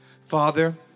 Father